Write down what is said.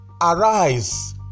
arise